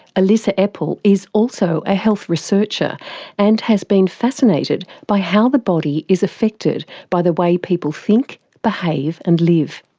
elissa epel is also a health researcher and has been fascinated by how the body is affected by the way people think, behave and live.